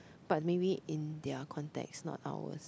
but maybe in their context not ours